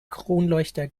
kronleuchter